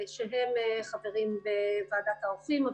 שהם חברים בוועדת העורכים.